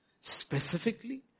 specifically